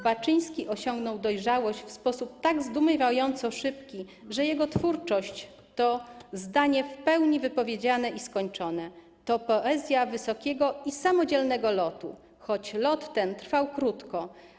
Baczyński osiągnął dojrzałość w sposób tak zdumiewająco szybki, że jego twórczość to zdanie w pełni wypowiedziane i skończone, to poezja wysokiego i samodzielnego lotu, choć lot ten trwał krótko.